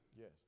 Yes